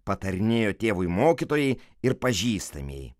patarinėjo tėvui mokytojai ir pažįstamieji